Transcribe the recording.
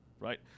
Right